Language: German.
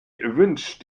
wünsch